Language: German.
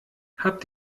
habt